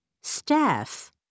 staff